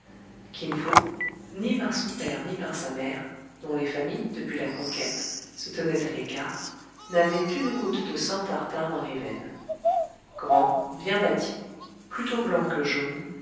kin fo ni par son père ni par sa mère dont les familles depuis la conquête se tenaient à l'écart n'avait une goutte de sang tartare dans les veines grand bien bâti plutôt blanc que jaune